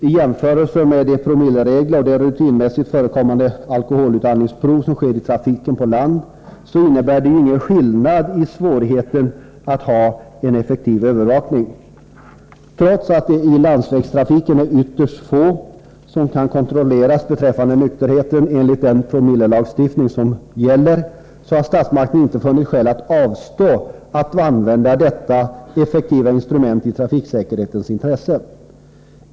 I jämförelse med de promilleregler och de rutinmässigt förekommande alkoholutandningsprov som görs i trafik på land föreligger det ju ingen skillnad i svårigheterna att ha en effektiv övervakning. Trots att det i landsvägstrafiken är ytterst få som kan kontrolleras beträffande nykterheten enligt den promillelagstiftning som gäller, har statsmakten inte funnit skäl att avstå från att använda detta effektiva instrument i trafiksäkerhetens intresse.